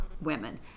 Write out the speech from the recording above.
women